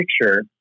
picture